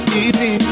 easy